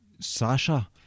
Sasha